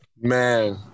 Man